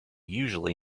usually